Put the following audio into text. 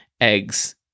eggs